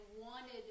wanted